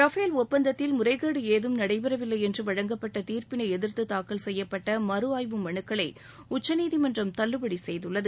Rafale ஒப்பந்தத்தில் முறைகேடு ஏதும் நடைபெறவில்லை என்று வழங்கப்பட்ட தீர்ப்பினை எதிர்த்து தாக்கல் செய்யப்பட்ட மறு ஆய்வு மனுக்களை உச்சநீதிமன்றம் தள்ளுபடி செய்துள்ளது